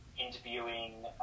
interviewing